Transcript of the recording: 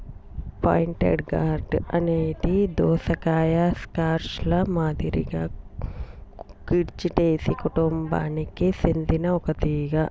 pointed gourd అనేది దోసకాయ, squash ల మాదిరిగానే కుకుర్చిటేసి కుటుంబానికి సెందిన ఒక తీగ